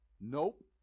Nope